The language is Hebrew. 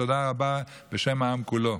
תודה רבה בשם העם כולו.